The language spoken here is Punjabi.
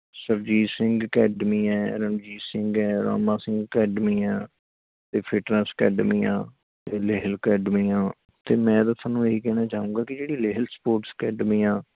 ਸੁਰਜੀਤ ਸਿੰਘ ਕੈਡਮੀ ਹੈ ਰਣਜੀਤ ਸਿੰਘ ਹੈ ਰਾਮਾ ਸਿੰਘ ਕੈਡਮੀ ਆ ਅਤੇ ਫਿਟਨਸ ਕੈਡਮੀ ਆ ਅਤੇ ਲੇਹਲ ਕੈਡਮੀ ਆ ਅਤੇ ਮੈਂ ਤਾਂ ਤੁਹਾਨੂੰ ਇਹੀ ਕਹਿਣਾ ਚਾਹੂੰਗਾ ਕੀ ਜਿਹੜੀ ਲੇਹਲ ਸਪੋਰਟਸ ਕੈਡਮੀ ਆ